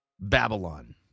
Babylon